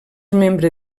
membre